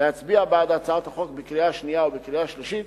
להצביע בעדה בקריאה שנייה ובקריאה שלישית